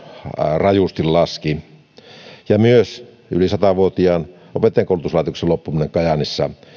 rajusti laski myös yli satavuotiaan opettajankoulutuslaitoksen loppuminen kajaanissa